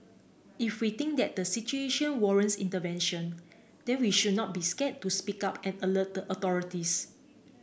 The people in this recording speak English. if we think that the situation warrants intervention then we should not be scared to speak up and alert the authorities